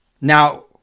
Now